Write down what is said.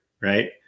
right